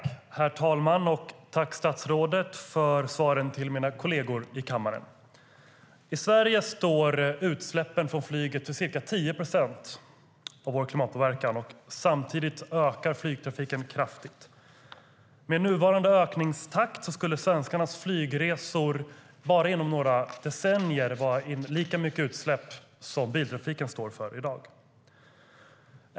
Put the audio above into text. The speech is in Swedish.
Herr talman! Jag tackar statsrådet för svaren till mina kolleger i kammaren.I Sverige står utsläppen från flyget för ca 10 procent av vår klimatpåverkan. Samtidigt ökar flygtrafiken kraftigt, och med nuvarande ökningstakt skulle svenskarnas flygresor bara på några decennier innebära lika stora utsläpp som de biltrafiken står för i dag.